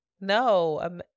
No